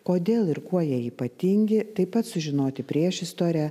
kodėl ir kuo jie ypatingi taip pat sužinoti priešistorę